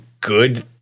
good